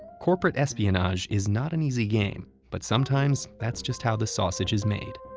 corporate espionage is not an easy game but sometimes, that's just how the sausage is made.